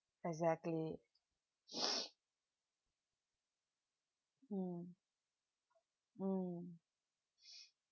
exactly mm mm